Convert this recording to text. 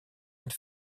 une